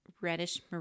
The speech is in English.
reddish